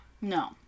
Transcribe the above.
No